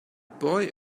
boy